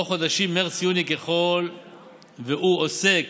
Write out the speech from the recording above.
או חודשים מרץ יוני, ככל שהוא עוסק